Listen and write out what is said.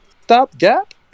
stopgap